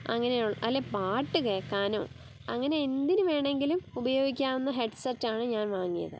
അങ്ങനെയോ അല്ലേ പാട്ട് കേൾക്കാനോ അങ്ങനെ എന്തിന് വേണമെങ്കിലും ഉപയോഗിക്കാവുന്ന ഹെഡ്സെറ്റാണ് ഞാൻ വാങ്ങിയത്